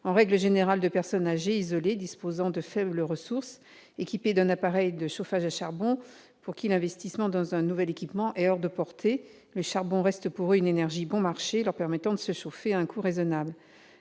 en règle générale, de personnes âgées, isolées, disposant de faibles ressources, équipées d'un appareil de chauffage à charbon et pour qui l'investissement dans un nouvel équipement est hors de portée. Le charbon reste pour eux une énergie bon marché qui leur permet de se chauffer à un coût raisonnable.